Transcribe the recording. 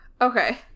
okay